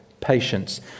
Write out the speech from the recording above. patience